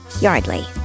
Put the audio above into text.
Yardley